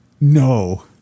No